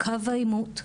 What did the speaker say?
קו העימות,